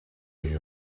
you